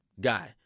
guy